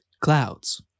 clouds